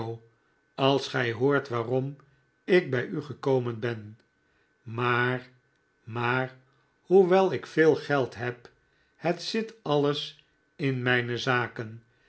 als gij hoort waarom ik bij u gekomen ben maar maar hoewel ik veel geld heb het zit alles in mijne zaken